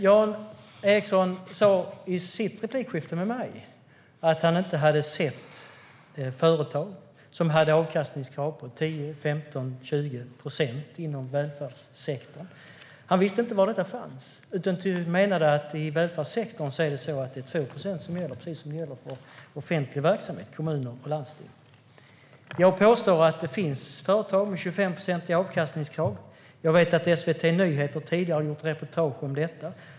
Jan Ericson sa i sitt replikskifte med mig att han inte hade sett företag inom välfärdssektorn som hade avkastningskrav på 10, 15 eller 20 procent. Han visste inte var detta fanns utan menade att i välfärdssektorn är det 2 procent som gäller, precis som för offentlig verksamhet, kommuner och landsting. Jag påstår att det finns företag med krav på 25 procents avkastning. Jag vet att SVT Nyheter har gjort reportage om detta.